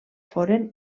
foren